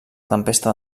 tempesta